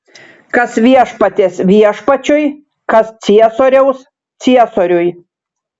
kas viešpaties viešpačiui kas ciesoriaus ciesoriui